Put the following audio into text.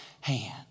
hand